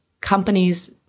companies